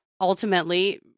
ultimately